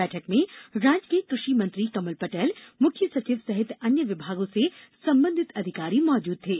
बैठक में राज्य के कृषि मंत्री कमल पटेल मुख्य सचिव सहित अन्य विभागों के संबंधित अधिकारी मौजूद थे